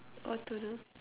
what to do